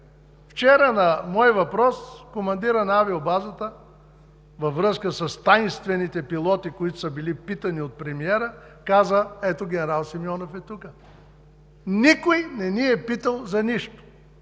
Вчера на мой въпрос командирът на авиобазата, във връзка с тайнствените пилоти, които са били питани от премиера, каза – ето генерал Симеонов е тук, „никой не ни е питал за нищо“.